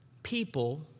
people